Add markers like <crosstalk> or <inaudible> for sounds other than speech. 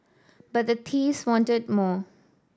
but the <unintelligible> wanted more